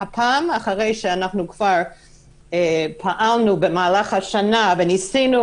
הפעם, אחרי שאנחנו כבר פעלנו במהלך השנה וניסינו